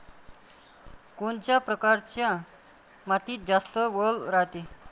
कोनच्या परकारच्या मातीत जास्त वल रायते?